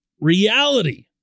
reality